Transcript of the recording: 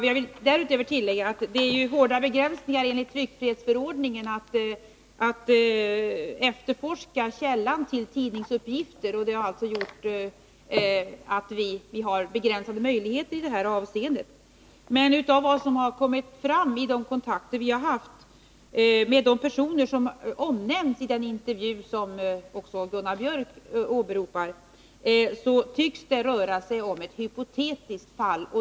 Jag vill tillägga att det är hårda begränsningar enligt tryckfrihetsförordningen när det gäller att efterforska källan till tidningsuppgifter. Det har alltså gjort att vi har begränsade möjligheter i detta avseende. Men av vad som kommit fram vid kontakter vi haft med de personer som omnämns i den intervju som också Gunnar Biörck i Värmdö åberopar, tycks det röra sig om ett hypotetiskt fall.